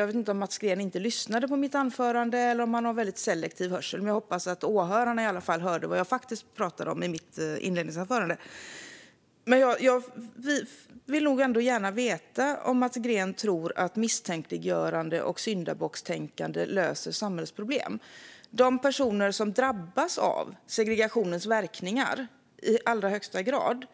Jag vet inte om Mats Green inte lyssnade på mitt anförande eller om han har väldigt selektiv hörsel, men jag hoppas att åhörarna i alla fall hörde vad jag faktiskt pratade om i mitt inledningsanförande. Jag vill ändå gärna veta om Mats Green tror att misstänkliggörande och syndabockstänkande löser samhällsproblem. De personer som drabbas av segregationens verkningar i allra högsta grad